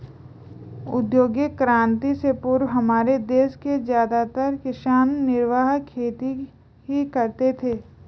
औद्योगिक क्रांति से पूर्व हमारे देश के ज्यादातर किसान निर्वाह खेती ही करते थे